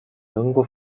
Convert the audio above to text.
nirgendwo